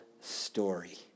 story